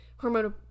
hormonal